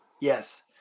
Yes